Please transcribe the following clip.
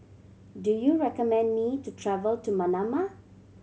do you recommend me to travel to Manama